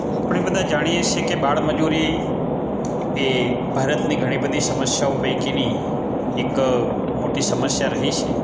આપણે બધા જાણીએ છીએ કે બાળમજૂરી એ ભારતની ઘણીબધી સમસ્યાઓ પૈકીની એક મોટી સમસ્યા રહી છે